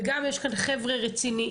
גם יש כאן חבר'ה רציניים,